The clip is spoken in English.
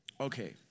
Okay